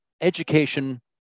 education